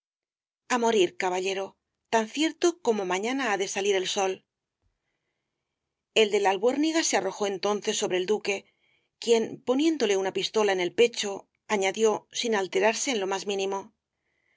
á morir caballero tan cierto como mañana ha de salir el sol el de la albuérniga se arrojó entonces sobre el duque quien poniéndole una pistola al pecho añadió sin alterarse en lo más mínimo